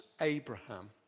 Abraham